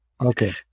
Okay